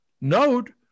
note